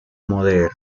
moderno